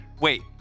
wait